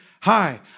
hi